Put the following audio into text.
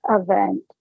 Event